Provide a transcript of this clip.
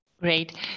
Great